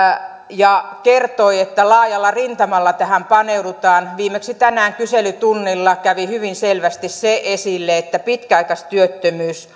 ja kertoi että laajalla rintamalla tähän paneudutaan viimeksi tänään kyselytunnilla kävi hyvin selvästi esille se että pitkäaikaistyöttömyys